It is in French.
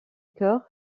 cœur